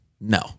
No